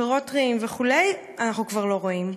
פירות טריים וכו', אנחנו כבר לא רואים.